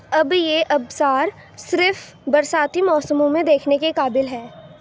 اب یہ آبشار صرف برساتی موسموں میں دیکھنے کے قابل ہے